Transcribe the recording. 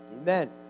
Amen